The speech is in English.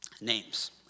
Names